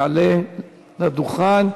יעלה לדוכן,